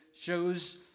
shows